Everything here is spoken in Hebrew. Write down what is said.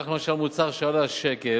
כך, למשל, מוצר שעלה שקל